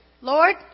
Lord